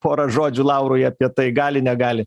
porą žodžių laurui apie tai gali negali